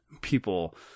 people –